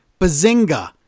bazinga